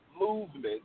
movement